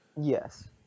Yes